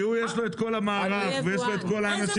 כי הוא יש לו את כל המערך ויש לו את כל האנשים